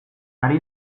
ari